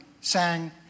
sang